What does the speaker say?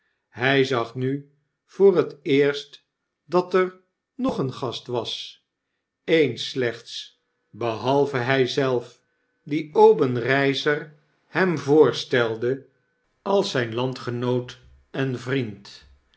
hg zag nu voor het eerst dat er nog een gast was e'en slechts behalve hij zelf dien obenreizer hem voorstelde als zjn landgenoot en vriend